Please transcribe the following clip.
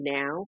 now